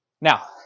Now